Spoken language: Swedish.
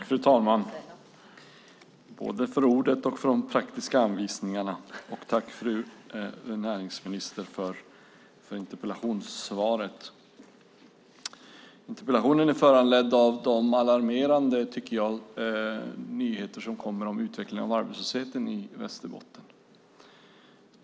Fru talman! Tack, fru näringsminister, för interpellationssvaret! Interpellationen är föranledd av de alarmerande nyheter som kommer om utvecklingen av arbetslösheten i Västerbotten.